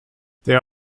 their